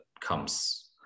comes